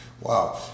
wow